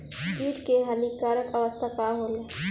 कीट क हानिकारक अवस्था का होला?